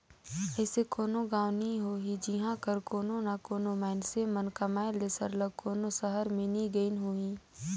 अइसे कोनो गाँव नी होही जिहां कर कोनो ना कोनो मइनसे मन कमाए ले सरलग कोनो सहर में नी गइन होहीं